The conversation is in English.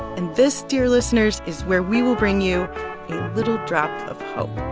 and this, dear listeners, is where we will bring you a little drop of hope